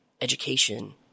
education